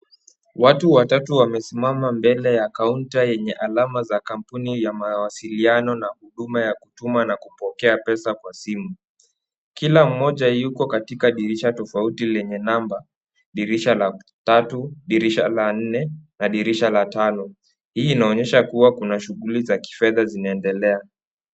Watu watatu wamesimama kwenye kaunta yenye alama ya kampuni ya mawasiliano na hudumu ya kutuma na kupokea pesa kwa simu. Kila mmoja yupo katika dirisha tofauti yenye namba dirisha la tatu dirisha la nne na dirisha la tano. Hii inaonyesha kuwa kuna shughuli za kifedha zinaendelea.